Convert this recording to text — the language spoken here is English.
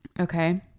Okay